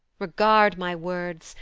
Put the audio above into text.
regard my words.